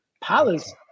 Palace